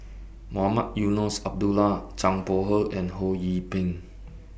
Mohamed Eunos Abdullah Zhang Bohe and Ho Yee Ping